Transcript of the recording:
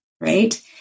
right